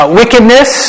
wickedness